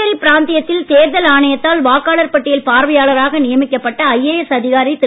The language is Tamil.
புதுச்சேரி பிராந்தியத்தில் தேர்தல் ஆணையத்தால் வாக்காளர் பட்டியல் பார்வையாளராக நியமிக்கப்பட்ட ஐஏஎஸ் அதிகாரி திரு